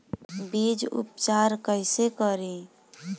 बीज उपचार कईसे करी?